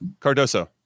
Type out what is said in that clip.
Cardoso